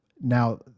Now